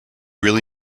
really